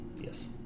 Yes